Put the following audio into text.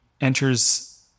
enters